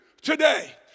today